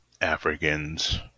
Africans